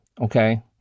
okay